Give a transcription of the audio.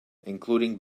including